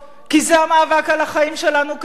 כי זה המאבק על החיים שלנו כאן.